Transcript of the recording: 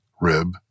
rib